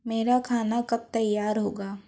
मेरा खाना कब तैयार होगा